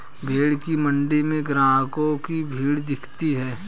भेंड़ की मण्डी में ग्राहकों की भीड़ दिखती है